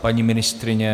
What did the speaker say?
Paní ministryně?